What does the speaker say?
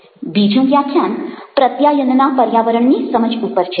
બીજું વ્યાખ્યાન પ્રત્યાયનના પર્યાવરણની સમજ ઉપર છે